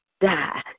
Die